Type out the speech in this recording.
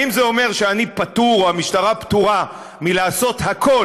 האם זה אומר שאני פטור או המשטרה פטורה מלעשות הכול,